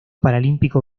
paralímpico